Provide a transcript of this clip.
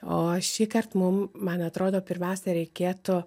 o šįkart mum man atrodo pirmiausia reikėtų